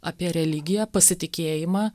apie religiją pasitikėjimą